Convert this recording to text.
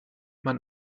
man